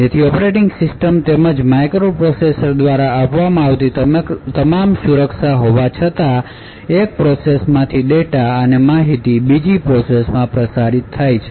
જેથી operating system તેમજ microprocessor દ્વારા આપવામાં આવતી તમામ સુરક્ષા હોવા છતાં એક પ્રોસેસ માંથી ડેટા અને માહિતી બીજી પ્રોસેસ માં પ્રસારિત થાય છે